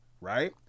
right